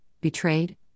betrayed